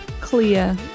clear